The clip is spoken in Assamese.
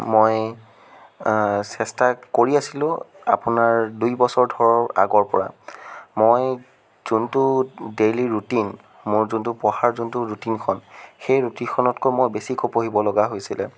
মই চেষ্টা কৰি আছিলোঁ আপোনাৰ দুই বছৰ ধৰক আগৰ পৰা মই যোনটো ডেইলী ৰুটিন মোৰ যোনটো পঢ়াৰ যোনটো ৰুটিনখন সেই ৰুটিন খনতকৈ মই বেছিকৈ পঢ়িব লগা হৈছিল